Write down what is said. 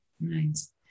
Nice